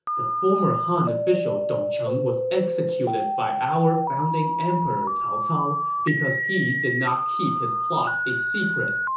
the former han official dong cheng was executed by our founding emperor cao cao because he did not keep his plot a secret.